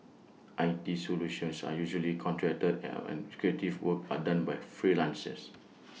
I T solutions are usually contracted and an creative work are done by freelancers